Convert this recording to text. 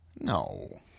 No